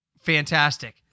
Fantastic